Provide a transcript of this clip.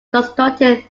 constructed